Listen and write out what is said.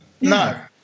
no